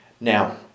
Now